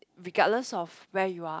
regardless of where you are